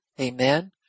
Amen